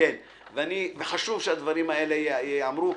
חשוב שהדברים האלה ייאמרו.